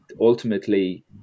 ultimately